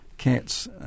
Cats